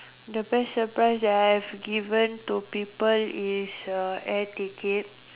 the best surprise that I have given to people is uh air ticket